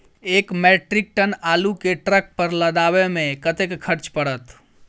एक metric ton आलु केँ ट्रक पर लदाबै मे कतेक खर्च पड़त?